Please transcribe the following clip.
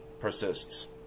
persists